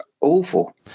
awful